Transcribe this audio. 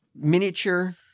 miniature